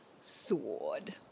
sword